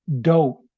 dope